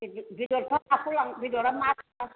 बेदरफ्रा माखौ लांफानो बेदरा मा लांनो